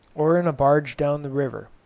or in a barge down the river,